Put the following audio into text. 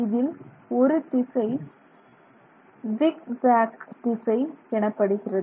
இதில் ஒரு திசை ஜிக் ஜேக் திசை எனப்படுகிறது